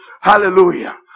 Hallelujah